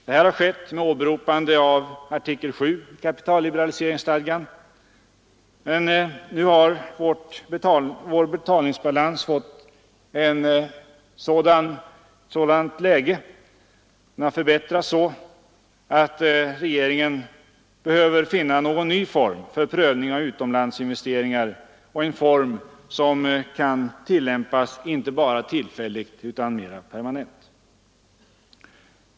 Detta har skett med åberopande av artikel 7 i kapitalliberaliseringsstadgan. Nu har vår betalningsbalans förbättrats så att regeringen behöver finna någon ny form för prövning av utomlandsinvesteringar och en form som kan tillämpas inte bara tillfälligt utan mera permanent.